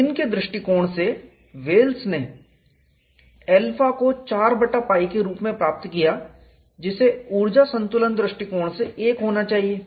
Irwin के दृष्टिकोण से वेल्स ने 𝜶 को 4 बटा π के रूप में प्राप्त किया जिसे ऊर्जा संतुलन दृष्टिकोण से 1 होना चाहिए